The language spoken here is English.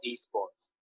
eSports